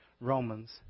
Romans